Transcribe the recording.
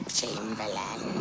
Chamberlain